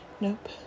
nope